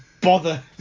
bother